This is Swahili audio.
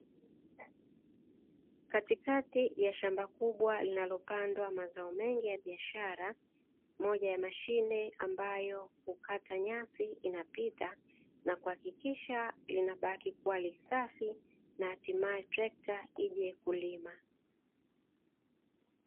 Katikati ya shamba kubwa linalopandwa mazao mengi ya biashara, moja ya mashine ambayo hukata nyasi inapita na kuhakikisha linabaki kuwa safi na hatimaye trekta ije kulima.